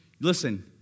listen